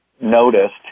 noticed